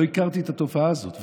לא הכרתי את התופעה הזאת.